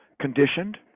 conditioned